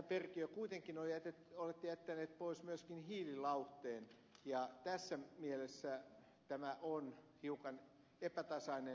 perkiö olette kuitenkin jättänyt pois myöskin hiililauhteen tässä mielessä tämä on hiukan epätasainen aloite